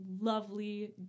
lovely